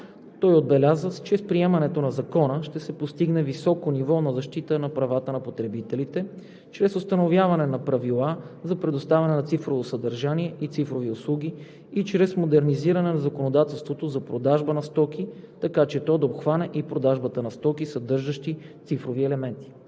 Той отбеляза, че с приемането на Закона ще се постигне високо ниво на защита на правата на потребителите, чрез установяване на правила за предоставяне на цифрово съдържание и цифрови услуги и чрез модернизиране на законодателството за продажба на стоки, така че то да обхване и продажбата на стоки, съдържащи цифрови елементи.